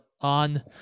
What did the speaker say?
on